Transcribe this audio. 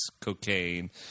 cocaine